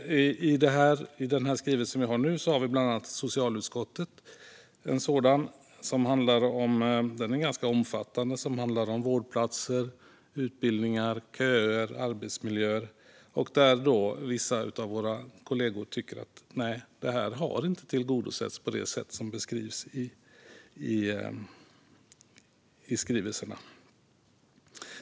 I den skrivelse som vi pratar om nu finns det bland annat en sådan från socialutskottet. Den är ganska omfattande och handlar om vårdplatser, utbildningar, köer och arbetsmiljö. Vissa av våra kollegor tycker att detta inte har tillgodosetts på det sätt som beskrivs i skrivelserna.